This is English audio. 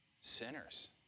Sinners